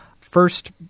First